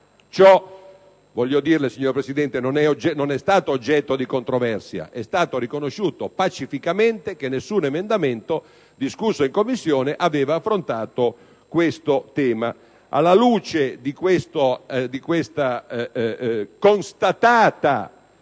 Ciò, voglio dirle signor Presidente, non è stato oggetto di controversia, ma è stato riconosciuto pacificamente che nessun emendamento discusso in Commissione aveva affrontato questo tema. Alla luce di questa constatata